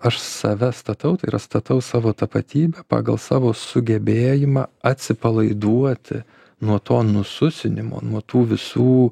aš save statau tai yra statau savo tapatybę pagal savo sugebėjimą atsipalaiduoti nuo to nususinimo nuo tų visų